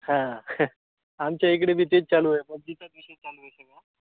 हां आमच्या इकडेही तेच चालू आहे पबजीचाच विषय चालू आहे सगळा